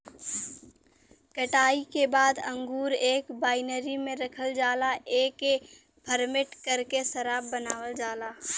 कटाई के बाद अंगूर एक बाइनरी में रखल जाला एके फरमेट करके शराब बनावल जाला